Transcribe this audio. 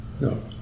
No